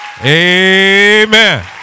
Amen